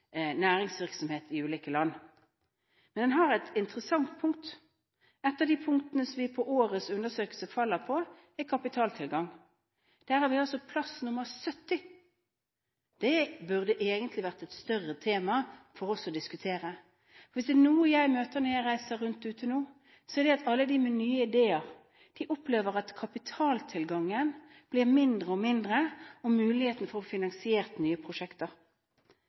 næringsvirksomhet i ulike land. Men den har et interessant punkt. Et av de punktene som vi i årets undersøkelse faller på, er kapitaltilgang. Der har vi altså plass nr. 70. Det burde egentlig vært et større tema for oss å diskutere. Hvis det er noe jeg møter når jeg nå er ute og reiser rundt, er det at alle dem med nye ideer opplever at kapitaltilgangen og muligheten for å få finansiert nye prosjekter blir mindre og mindre.